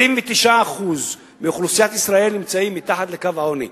29% מאוכלוסיית ישראל נמצאים מתחת לקו העוני,